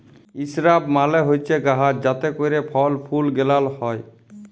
ইসরাব মালে হছে গাহাচ যাতে ক্যইরে ফল ফুল গেলাল হ্যয়